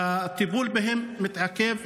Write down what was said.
והטיפול בהם מתעכב.